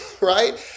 right